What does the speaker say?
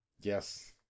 Yes